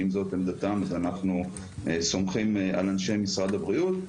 אם זאת עמדתם, אנחנו סומכים על אנשי משרד הבריאות.